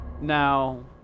Now